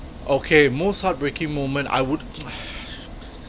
okay most heartbreaking moment I would ah